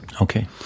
okay